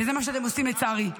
וזה מה שאתם עושים, לצערי.